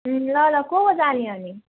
ल ल को को जाने अनि